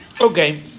Okay